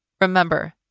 Remember